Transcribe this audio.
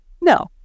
No